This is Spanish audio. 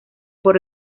por